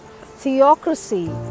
theocracy